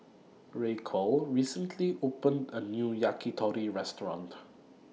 Raquel recently opened A New Yakitori Restaurant